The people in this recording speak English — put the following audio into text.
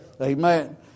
Amen